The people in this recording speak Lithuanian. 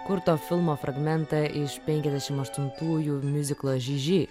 kurto filmo fragmentą iš penkiasdešim aštuntųjų miuziklo žiži